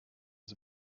was